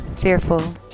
fearful